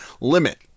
limit